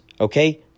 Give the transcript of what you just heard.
Okay